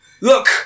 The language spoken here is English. Look